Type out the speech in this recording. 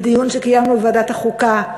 בדיון שקיימנו בוועדת החוקה,